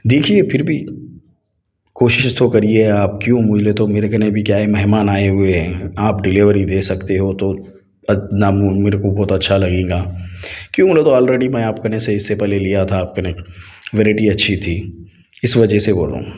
دیکھیے پھر بھی کوشش تو کریے آپ کیوں بولے تو میرے گھر نے بھی کیا ہے مہمان آئے ہوئے ہیں آپ ڈلیوری دے سکتے ہو تو میرے کو بہت اچھا لگے گا کیوں بولے تو آلریڈی میں آپ کے سے اس سے پہلے لیا تھا آپ کے ورایٹی اچھی تھی اس وجہ سے بول رہا ہوں